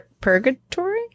Purgatory